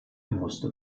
musste